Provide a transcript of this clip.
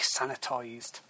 sanitised